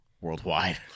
worldwide